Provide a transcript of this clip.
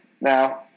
Now